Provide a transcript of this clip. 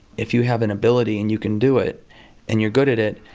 if you have an ability and you can do it and you're good at it.